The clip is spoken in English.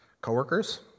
coworkers